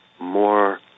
more